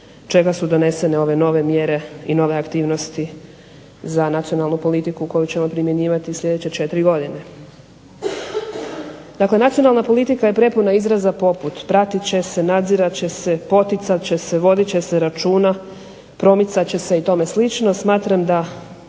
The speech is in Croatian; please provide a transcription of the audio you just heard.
čega su donesene ove nove mjere i nove aktivnosti za nacionalnu politiku koju ćemo primjenjivati u sljedeće četiri godine. Dakle, nacionalna politika je prepuna izraza poput pratit će se, nadzirat će se, poticat će se, vodit će se računa, promicat će se i tome slično. Smatram da